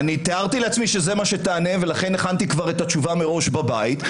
תיארתי לעצמי שזה מה שתענה ולכן הכנתי את התשובה מראש בבית,